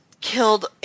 killed